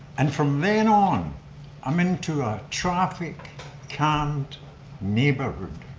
and from then on i'm into a traffic can't neighborhood